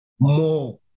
more